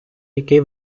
який